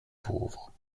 pauvre